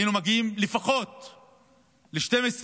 היינו מגיעים לפחות ל-12,